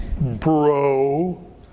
bro